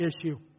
issue